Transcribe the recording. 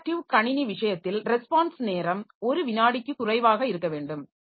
interactive கணினி விஷயத்தில் response நேரம் ஒரு வினாடிக்கு குறைவாக இருக்க வேண்டும்